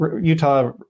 Utah